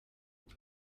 what